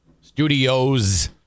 studios